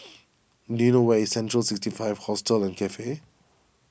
do you know where is Central six five Hostel and Cafe